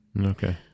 Okay